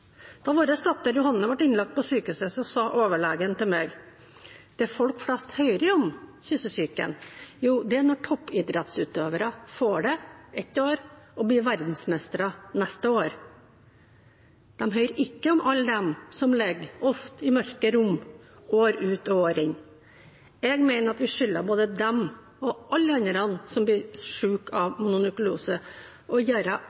Da vår datter, Johanne, ble innlagt på sykehuset, sa overlegen til meg: Det folk flest hører om kyssesyken, er når toppidrettsutøvere får det ett år og blir verdensmestere neste år. Folk hører ikke om alle dem som ligger i mørke rom år ut og år inn. Jeg mener at vi skylder både dem og alle andre som blir syke av